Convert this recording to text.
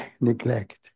neglect